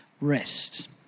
rest